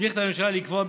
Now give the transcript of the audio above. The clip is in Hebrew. מסמיך את הממשלה לקבוע,